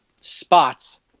spots